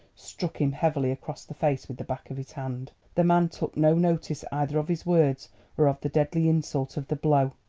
struck him heavily across the face with the back of his hand. the man took no notice either of his words or of the deadly insult of the blow.